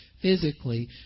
physically